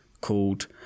called